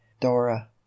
dora